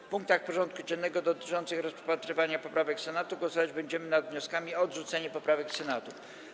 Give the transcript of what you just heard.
W punktach porządku dziennego dotyczących rozpatrywania poprawek Senatu głosować będziemy nad wnioskami o odrzucenie poprawek Senatu.